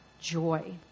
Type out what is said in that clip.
joy